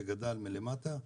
שגדל מלמטה,